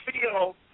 feel